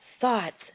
thoughts